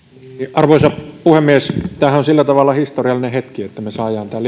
arvoisa puhemies tämähän on sillä tavalla historiallinen hetki että me saamme tämän